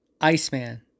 Iceman